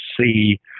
see